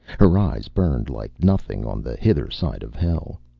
her eyes burned like nothing on the hither side of hell.